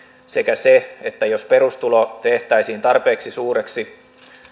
sekä se että jos perustulo tehtäisiin tarpeeksi suureksi